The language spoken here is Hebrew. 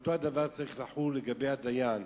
אותו הדבר צריך לחול לגבי הדיין.